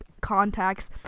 contacts